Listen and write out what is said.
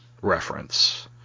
reference